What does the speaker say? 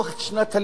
עוזי לנדאו